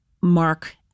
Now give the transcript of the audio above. mark